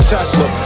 Tesla